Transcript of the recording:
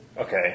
Okay